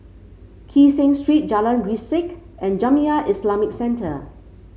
Kee Seng Street Jalan Grisek and Jamiyah Islamic Centre